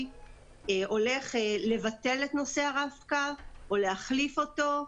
הולך לבטל את נושא הרב-קו או להחליף אותו.